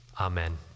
amen